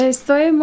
Estoy